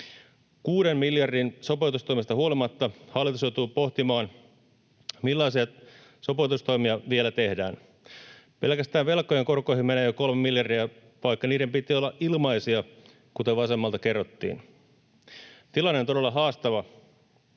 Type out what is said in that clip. Kuuden miljardin sopeutustoimista huolimatta hallitus joutuu pohtimaan, millaisia sopeutustoimia vielä tehdään. Pelkästään velkojen korkoihin menee jo kolme miljardia, vaikka niiden piti olla ilmaisia, kuten vasemmalta kerrottiin. Tilanne on todella haastava.